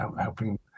helping